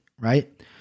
right